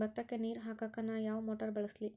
ಭತ್ತಕ್ಕ ನೇರ ಹಾಕಾಕ್ ನಾ ಯಾವ್ ಮೋಟರ್ ಬಳಸ್ಲಿ?